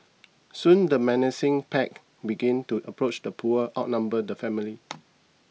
soon the menacing pack began to approach the poor outnumbered family